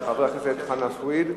של חבר הכנסת אברהים צרצור,